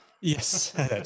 Yes